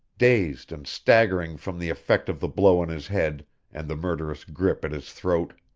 dazed and staggering from the effect of the blow on his head and the murderous grip at his throat.